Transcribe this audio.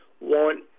want